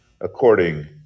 according